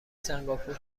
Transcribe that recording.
سنگاپور